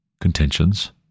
contentions